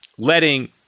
letting